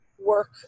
work